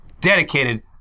dedicated